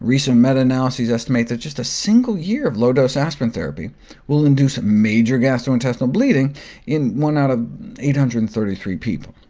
recent meta-analyses estimate that just a single year of low-dose aspirin therapy will induce major gastrointestinal bleeding in one out of eight hundred and thirty three people.